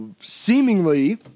seemingly